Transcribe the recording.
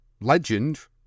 legend